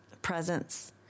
presence